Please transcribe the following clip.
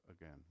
again